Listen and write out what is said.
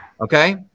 Okay